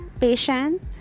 patient